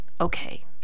Okay